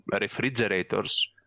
refrigerators